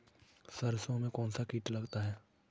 सरसों में कौनसा कीट लगता है?